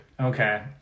Okay